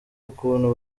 ukuntu